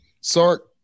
Sark